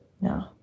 no